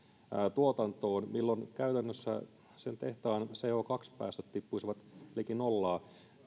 tuotantoon jolloin käytännössä sen tehtaan co päästöt tippuisivat liki nollaan